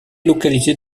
localisée